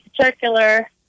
circular